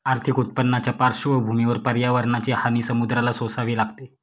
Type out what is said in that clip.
आर्थिक उत्पन्नाच्या पार्श्वभूमीवर पर्यावरणाची हानी समुद्राला सोसावी लागते